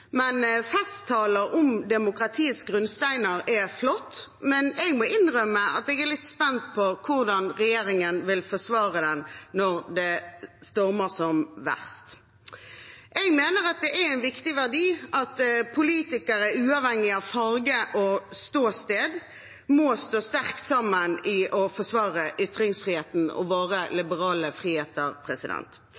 Festtaler om demokratiets grunnsteiner er flott, men jeg må innrømme at jeg er litt spent på hvordan regjeringen vil forsvare den når det stormer som verst. Jeg mener at det er en viktig verdi at politikere uavhengig av farge og ståsted må stå sterkt sammen i å forsvare ytringsfriheten og våre